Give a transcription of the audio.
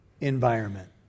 environment